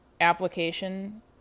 application